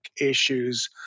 issues